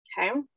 Okay